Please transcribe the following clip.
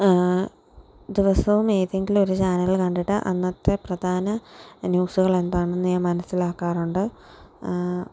ദിവസവും ഏതെങ്കിലും ഒരു ചാനല് കണ്ടിട്ട് അന്നത്തെ പ്രധാന ന്യൂസുകളെന്താണെന്ന് ഞാൻ മനസ്സിലാക്കാറുണ്ട്